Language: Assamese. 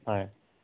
হয়